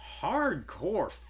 hardcore